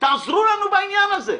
תעזרו לנו בעניין הזה.